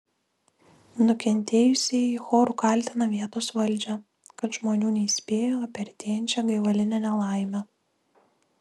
nukentėjusieji choru kaltina vietos valdžią kad žmonių neįspėjo apie artėjančią gaivalinę nelaimę